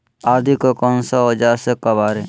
आदि को कौन सा औजार से काबरे?